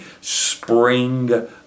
spring